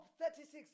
36